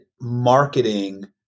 marketing